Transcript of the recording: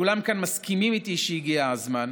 וכולם כאן מסכימים איתי שהגיע הזמן,